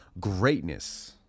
greatness